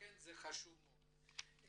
לכן זה חשוב מאוד.